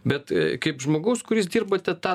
bet kaip žmogaus kuris dirbate tą